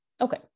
Okay